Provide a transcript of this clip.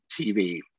TV